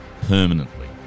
Permanently